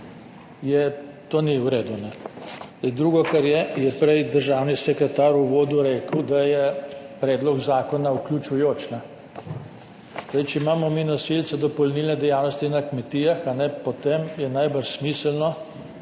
to ni v redu. Drugo kar je, je prej državni sekretar v uvodu rekel, da je predlog zakona vključujoč. Če imamo mi nosilce dopolnilne dejavnosti na kmetijah, potem je najbrž smiselno,